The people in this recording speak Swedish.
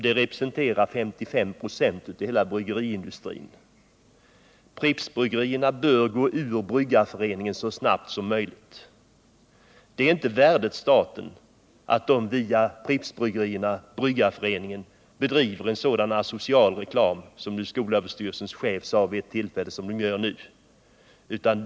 Det representerar 55 96 av hela bryggeriindustrin. Pripps Bryggerier bör gå ur Bryggareföreningen så snart som möjligt Det är inte värdigt staten att via Pripps Bryggerier och Bryggareföreningen bedriva en sådan asocial reklam, som skolöverstyrelsens chef sade vid ett tillfälle, som den gör nu.